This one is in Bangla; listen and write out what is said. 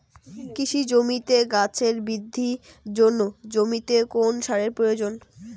কৃষি জমিতে গাছের বৃদ্ধির জন্য জমিতে কোন সারের প্রয়োজন?